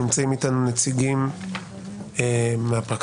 נמצאים איתנו נציגים מהפרקליטות,